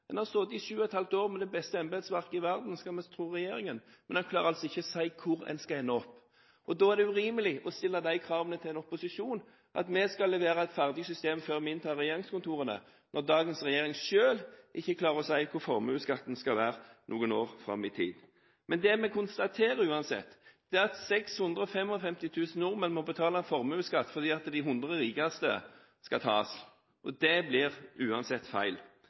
En har sittet i sju og et halvt år med det beste embetsverket i verden, skal vi tro regjeringen, men en klarer altså ikke å si hvor en skal ende opp. Det er urimelig å stille de kravene til en opposisjon at vi skal levere et ferdig system før vi inntar regjeringskontorene, når dagens regjering ikke selv klarer å si hvor formuesskatten skal være noen år fram i tid. Men det vi konstaterer, er at 655 000 nordmenn må betale formuesskatt fordi de 100 rikeste skal tas, og det blir uansett feil.